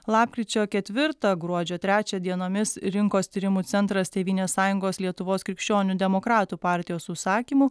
lapkričio ketvirtą gruodžio trečią dienomis rinkos tyrimų centras tėvynės sąjungos lietuvos krikščionių demokratų partijos užsakymu